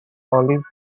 olive